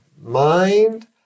mind